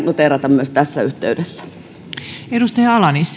noteerata myös tässä yhteydessä